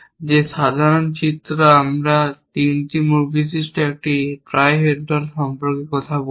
যে সাধারণ চিত্রটি আমরা 3টি মুখ বিশিষ্ট একটি ট্রাইহেড্রাল সম্পর্কে কথা বলব